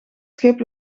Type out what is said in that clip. schip